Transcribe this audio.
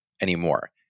anymore